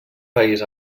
país